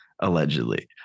allegedly